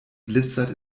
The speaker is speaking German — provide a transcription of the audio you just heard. glitzert